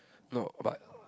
no but